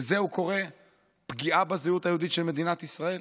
לזה הוא קורא פגיעה בזהות היהודית של מדינת ישראל?